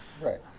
Right